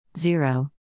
Zero